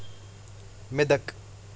Medak